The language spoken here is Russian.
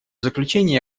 заключение